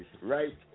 right